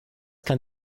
kann